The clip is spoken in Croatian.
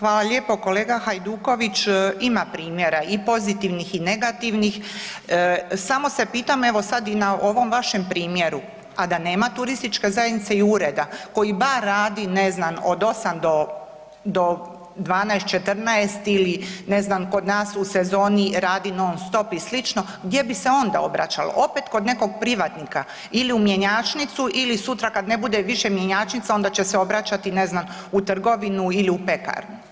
Hvala lijepa, kolega Hajduković ima primjera i pozitivnih i negativnih, samo se pitam evo sad i na ovom vašem primjeru, a da nema turističke zajednice i ureda koji bar radi ne znam od 8 do 12, 14 ili ne znam kod nas u sezoni radi non stop, gdje bi se onda obraćalo, opet kod nekog privatnika ili u mjenjačnicu ili sutra kad ne bude više mjenjačnica onda će se obraćati ne znam u trgovinu ili u pekaru.